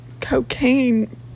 cocaine